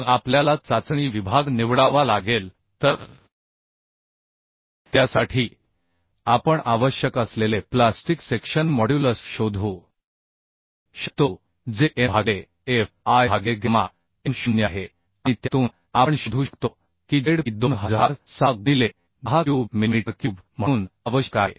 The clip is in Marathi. मग आपल्याला चाचणी विभाग निवडावा लागेल तर त्यासाठी आपण आवश्यक असलेले प्लास्टिक सेक्शन मॉड्युलस शोधू शकतो जे m भागिले f i भागिले गॅमा m0 आहे आणि त्यातून आपण शोधू शकतो की zp 2006 गुणिले 10 क्यूब मिलीमीटर क्यूब म्हणून आवश्यक आहे